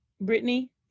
Brittany